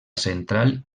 central